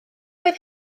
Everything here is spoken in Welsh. oedd